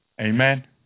Amen